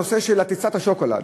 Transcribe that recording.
הנושא של "טיסת השוקולד"